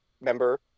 member